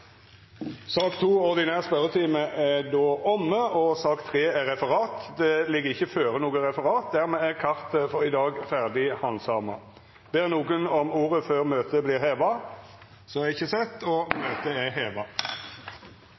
Sak nr. 2, ordinær spørjetime, er då omme. Det ligg ikkje føre noko referat. Dermed er kartet for i dag ferdighandsama. Ber nokon om ordet før møtet vert heva? – Ingen har bedt om ordet, og møtet er heva.